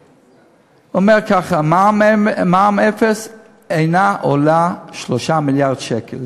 הוא אומר ככה: "מע"מ אפס אינו עולה 3 מיליארד שקל,